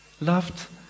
Loved